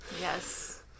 Yes